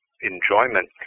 enjoyment